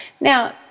Now